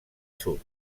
sud